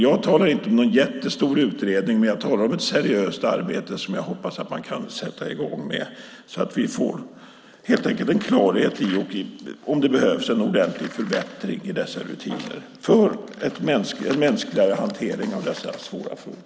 Jag talar inte om någon jättestor utredning, men jag talar om ett seriöst arbete som jag hoppas att man kan sätta i gång så att vi helt enkelt får en klarhet i om det behövs en ordentlig förbättring av dessa rutiner för en mänskligare hantering av dessa svåra frågor.